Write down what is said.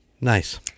Nice